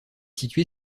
située